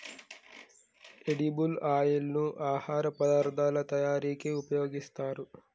edible oil ను ఆహార పదార్ధాల తయారీకి ఉపయోగిస్తారు